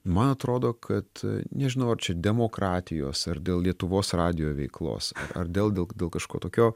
man atrodo kad nežinau ar čia demokratijos ar dėl lietuvos radijo veiklos ar dėl dėl kažko tokio